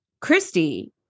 Christy